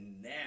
now